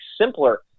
simpler